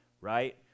Right